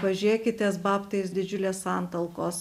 pažiūrėkit ties babtais didžiulės santalkos